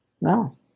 No